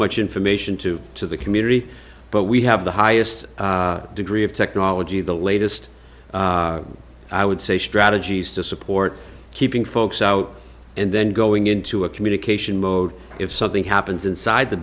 much information to to the community but we have the highest degree of technology the latest i would say strategies to support keeping folks out and then going into a communication mode if something happens inside the